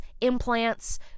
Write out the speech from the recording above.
implants